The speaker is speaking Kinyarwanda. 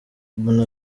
mbona